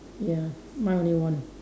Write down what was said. ya mine only one